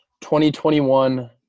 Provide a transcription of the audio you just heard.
2021